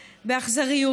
באכזריות.